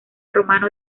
romano